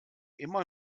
immer